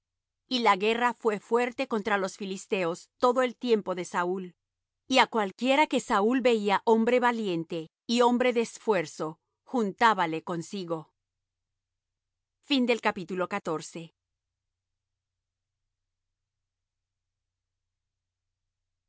y la guerra fué fuerte contra los filisteos todo el tiempo de saúl y á cualquiera que saúl veía hombre valiente y hombre de esfuerzo juntábale consigo y